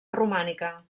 romànica